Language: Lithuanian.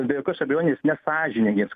be jokios abejonės nesąžiningiems